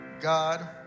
God